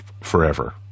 forever